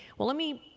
well let me